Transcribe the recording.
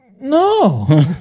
no